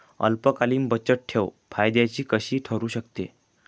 अल्पकालीन बचतठेव फायद्याची कशी ठरु शकते?